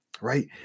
right